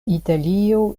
italio